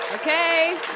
Okay